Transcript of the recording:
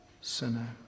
sinner